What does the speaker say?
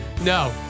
No